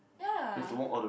yeah